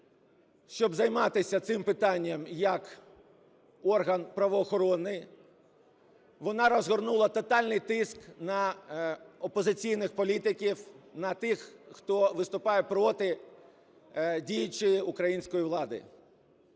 щоб займатися цим питанням як орган правоохоронний, вона розгорнула тотальний тиск на опозиційних політиків, на тих, хто виступає проти діючої української влади,